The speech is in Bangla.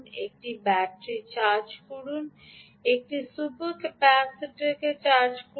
একটি ব্যাটারি চার্জ করুন একটি সুপার ক্যাপাসিটরকে চার্জ করুন